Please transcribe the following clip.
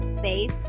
Faith